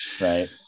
right